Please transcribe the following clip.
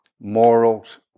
morals